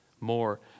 more